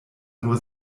nur